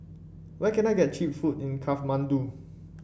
where can I get cheap food in Kathmandu